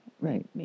Right